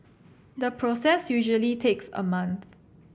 the process usually takes a month